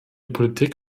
politik